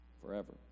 forever